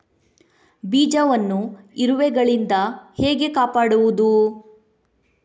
ಬೀಜವನ್ನು ಇರುವೆಗಳಿಂದ ಹೇಗೆ ಕಾಪಾಡುವುದು?